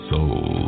Soul